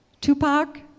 Tupac